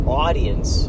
audience